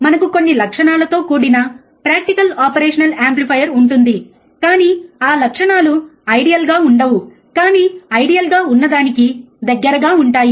కానీ మనకు కొన్ని లక్షణాలతో కూడిన ప్రాక్టికల్ ఆపరేషనల్ యాంప్లిఫైయర్ ఉంటుంది కానీ ఆ లక్షణాలు ఐడియల్గా ఉండవు కానీ ఐడియల్గా ఉన్నదానికి దగ్గరగా ఉంటాయి